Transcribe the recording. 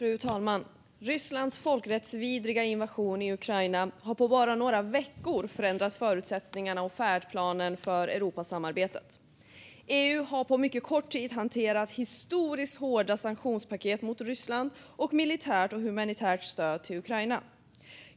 Fru talman! Rysslands folkrättsvidriga invasion i Ukraina har på bara några veckor förändrat förutsättningarna och färdplanen för Europasamarbetet. EU har på mycket kort tid hanterat historiskt hårda sanktionspaket mot Ryssland och militärt och humanitärt stöd till Ukraina.